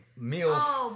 meals